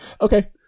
okay